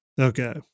Okay